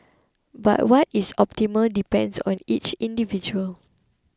but what is optimal depends on each individual